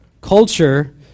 culture